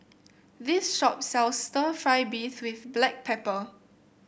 this shop sells stir fry beef with Black Pepper